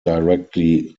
directly